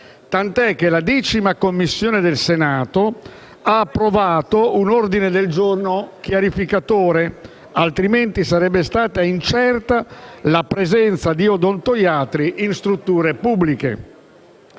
tant'è che la 10a Commissione del Senato ha approvato un ordine del giorno chiarificatore; altrimenti sarebbe stata incerta la presenza di odontoiatri in strutture pubbliche.